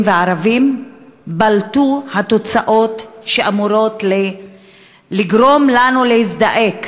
וערבים בלטו התוצאות שאמורות לגרום לנו להזדעק,